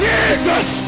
Jesus